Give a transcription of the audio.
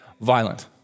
violent